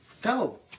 go